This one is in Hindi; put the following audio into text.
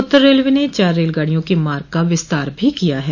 उत्तर रेलवे ने चार रेलगाड़ियों के मार्ग का विस्तार भी किया है